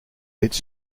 its